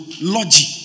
logic